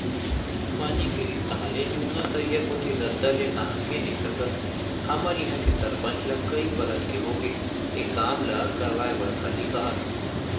पानी गिरिस ताहले जुन्ना तरिया कोती रद्दा ले नाहके नइ सकस हमर इहां के सरपंच ल कई परत के होगे ए काम ल करवाय बर खाली काहत